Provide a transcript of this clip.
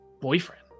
boyfriend